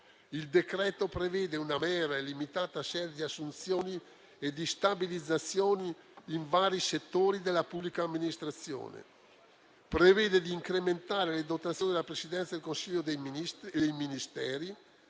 Il decreto prevede una mera e limitata serie di assunzioni e di stabilizzazioni in vari settori della pubblica amministrazione. Prevede di incrementare le dotazioni della Presidenza del Consiglio dei ministri